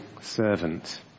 servant